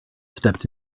stepped